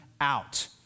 out